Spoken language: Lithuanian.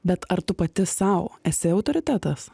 bet ar tu pati sau esi autoritetas